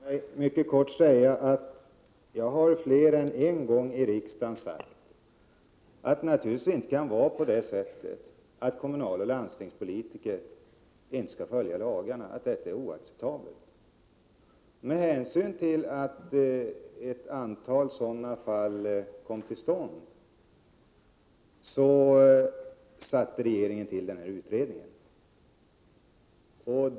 Herr talman! Jag vill mycket kort säga följande. Jag har mer än en gång här i kammaren sagt att det naturligtvis inte kan få vara så, att kommunaloch landstingspolitiker inte följer lagarna. Detta är alltså oacceptabelt. Med hänsyn till att ett antal sådana här fall har inträffat tillsatte regeringen denna utredning.